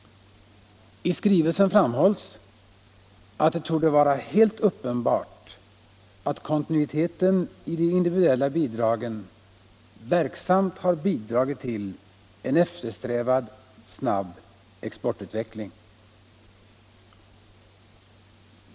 I skrivelsen framhålls att det torde vara helt uppenbart att kontinuiteten i de individuella bidragen verksamt har bidragit till en eftersträvad snabb exportutveckling.